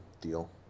deal